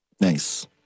Nice